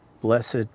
blessed